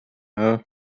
her